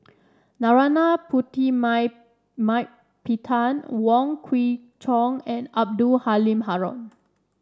Narana Putumaimaippittan Wong Kwei Cheong and Abdul Halim Haron